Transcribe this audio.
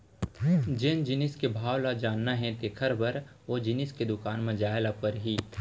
जेन जिनिस के भाव ल जानना हे तेकर बर ओ जिनिस के दुकान म जाय ल परही